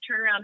turnaround